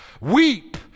Weep